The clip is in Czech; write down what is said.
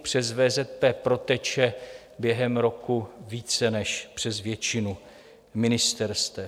Přes VZP proteče během roku více než přes většinu ministerstev.